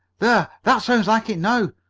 there, that sounds like it now!